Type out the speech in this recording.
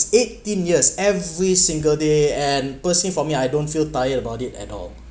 eighteen years every single day and personally for me I don't feel tired about it at all